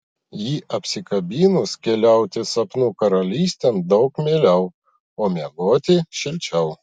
jį apsikabinus keliauti sapnų karalystėn daug mieliau o miegoti šilčiau